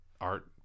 art